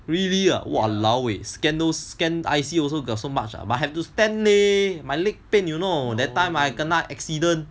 really ah !walaoeh! scanner scan I_C also got so much but have to stand leh my leg pain you know that time I kena accident